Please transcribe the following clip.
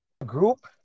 group